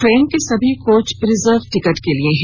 train के सभी coach reserve ticket के लिए हैं